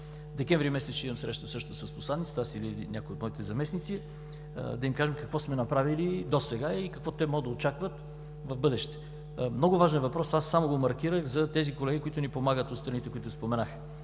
Декември месец ще има среща също с посланиците – аз или някой от моите заместници, да им кажем какво сме направили досега и какво могат да очакват в бъдеще. Много важен въпрос. Само го маркирах за колегите, които ни помагат от страните, които споменах.